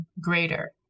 greater